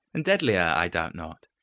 and deadlier, i doubt not.